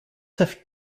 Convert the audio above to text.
have